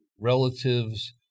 relatives